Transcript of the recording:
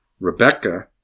Rebecca